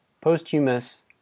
posthumous